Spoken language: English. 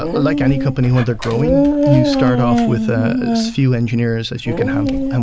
ah like any company when they're growing, you start off with a few engineers as you can handle. and